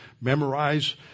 memorize